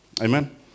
Amen